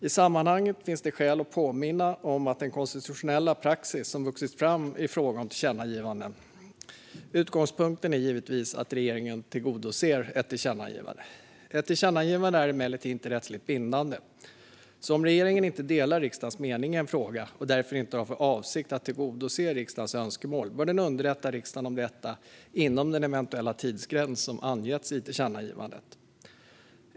I sammanhanget finns det skäl att påminna om den konstitutionella praxis som har vuxit fram i fråga om tillkännagivanden. Utgångspunkten är givetvis att regeringen tillgodoser ett tillkännagivande. Ett tillkännagivande är emellertid inte rättsligt bindande. Om regeringen inte delar riksdagens mening i en fråga och därför inte har för avsikt att tillgodose riksdagens önskemål bör den därför underrätta riksdagen om detta inom den eventuella tidsgräns som angetts i tillkännagivandet.